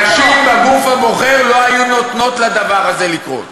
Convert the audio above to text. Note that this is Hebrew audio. נשים בגוף הבוחר לא היו נותנות לדבר הזה לקרות.